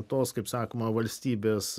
tos kaip sakoma valstybės